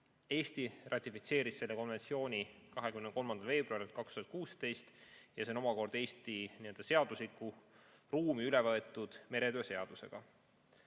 Eesti ratifitseeris selle konventsiooni 23. veebruaril 2016 ja see on omakorda Eesti seaduslikku ruumi üle võetud meretöö seadusega.2018.